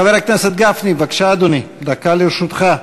חבר הכנסת גפני, בבקשה, אדוני, דקה לרשותך.